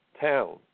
town